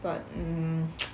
but um